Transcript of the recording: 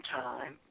time